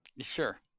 Sure